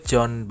John